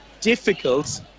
difficult